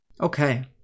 Okay